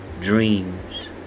dreams